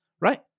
Right